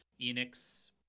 Enix